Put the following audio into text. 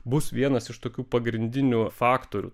bus vienas iš tokių pagrindinių faktorių